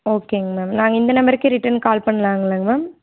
ஓகேங்க மேம் நாங்கள் இந்த நம்பருக்கே ரிட்டர்ன் கால் பண்ணலாம்லங்க மேம்